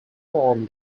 from